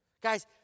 Guys